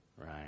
Right